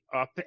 up